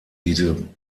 diese